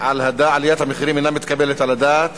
שעליית המחירים אינה מתקבלת על הדעת